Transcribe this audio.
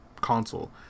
console